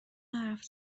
حرف